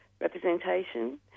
representation